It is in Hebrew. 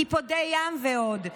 קיפודי ים ועוד.